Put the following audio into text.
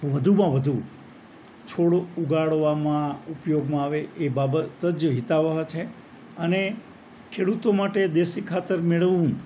વધુમાં વધુ છોડો ઉગાડવામાં ઉપયોગમાં આવે એ બાબત જ હિતાવહ છે અને ખેડૂતો માટે દેશી ખાતર મેળવવું